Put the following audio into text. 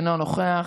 אינו נוכח,